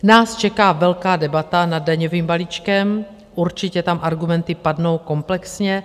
Nás čeká velká debata nad daňovým balíčkem, určitě tam argumenty padnou komplexně.